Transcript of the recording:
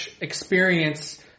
Experience